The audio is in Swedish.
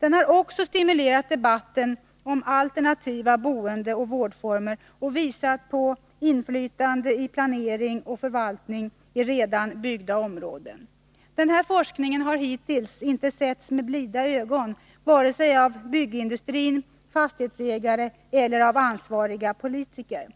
Den har också stimulerat debatten om alternativa boendeoch vårdformer och visat på inflytande i planering och förvaltning i redan byggda områden. Denna forskning har hittills inte setts med blida ögon vare sig av byggindustrin, fastighetsägare eller ansvariga politiker.